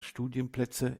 studienplätze